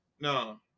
No